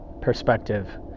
perspective